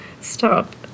Stop